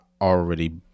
already